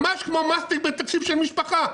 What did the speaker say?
ממש כמו מסטיק בתקציב של משפחה.